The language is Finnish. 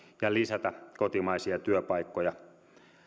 ja lisätä kotimaisia työpaikkoja